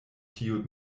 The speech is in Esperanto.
tiu